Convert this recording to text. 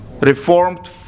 reformed